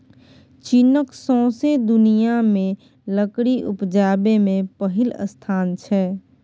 चीनक सौंसे दुनियाँ मे लकड़ी उपजाबै मे पहिल स्थान छै